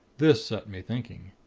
this set me thinking.